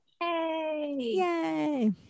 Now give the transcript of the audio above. Yay